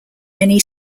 many